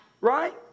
right